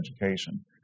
education